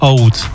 Old